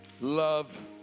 Love